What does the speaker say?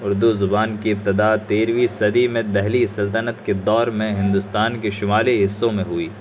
اردو زبان کی ابتدا تیرھویں صدی میں دہلی سلطنت کے دور میں ہندوستان کے شمالی حصوں میں ہوئی